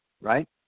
Right